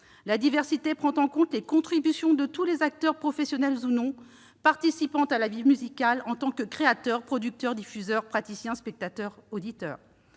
La diversité prend en compte les contributions de tous les acteurs, professionnels ou non, participant à la vie musicale en tant que créateurs, producteurs, diffuseurs, praticiens, spectateurs, auditeurs.